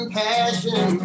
passion